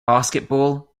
basketball